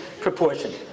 proportion